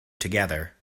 together